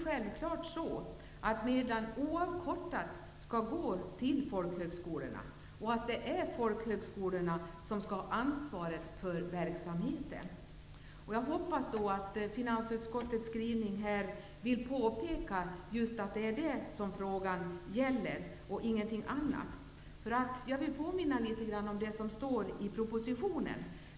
Självfallet skall medlen oavkortat gå till folkhögskolorna, och det är folkhögskolorna som skall ha ansvaret för verksamheten. Jag hoppas att man med finansutskottets skrivning vill påpeka att det är just detta som frågan gäller och ingenting annat. Jag vill påminna något om det som står i propositionen.